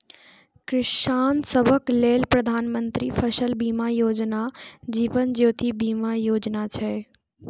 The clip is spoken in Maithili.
किसान सभक लेल प्रधानमंत्री फसल बीमा योजना, जीवन ज्योति बीमा योजना छै